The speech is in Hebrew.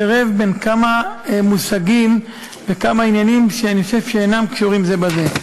עירב כמה מושגים וכמה עניינים שאני חושב שאינם קשורים זה בזה.